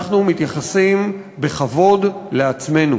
אנחנו מתייחסים בכבוד לעצמנו.